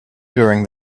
during